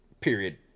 Period